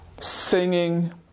singing